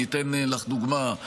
אני אתן לך דוגמה,